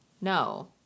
no